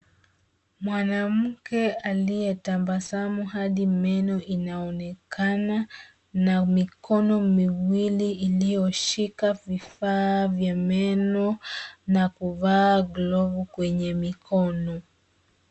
Mwanamke aliyetabasamu hadi meno inaonekana, na mikoni miwili iliyoshika vifaa vya meno, na kuvaa glovu kwenye mikono.